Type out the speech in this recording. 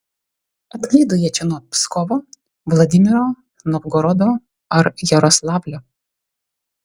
atklydo jie čia nuo pskovo vladimiro novgorodo ar jaroslavlio